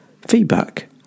feedback